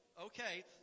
okay